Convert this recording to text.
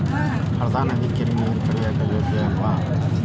ಹಳ್ಳಾ ನದಿ ಕೆರಿ ನೇರ ಕುಡಿಯಾಕ ಯೋಗ್ಯ ಆಗ್ಯಾವ